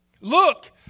look